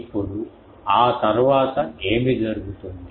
ఇప్పుడు ఆ తరువాత ఏమి జరుగుతుంది